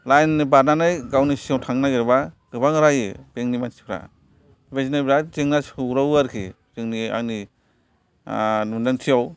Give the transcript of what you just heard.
line बारनानै गावनि सिगां थांनो नागिरबा गोबां रायो बेंकनि मानसिफ्रा बिदिनो बिराद जेंना सौग्रावो आरोखि जोंनि आंनि मोनदांथियाव